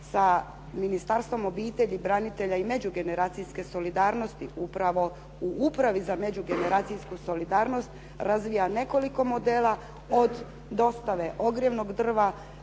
sa Ministarstvom obitelji, branitelja i međugeneracijske solidarnosti upravo u Upravi za međugeneracijsku solidarnost razvija nekoliko modela od dostave ogrjevnog drva